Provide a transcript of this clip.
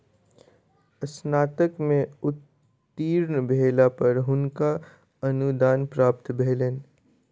स्नातक में उत्तीर्ण भेला पर हुनका अनुदान प्राप्त भेलैन